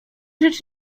rzecz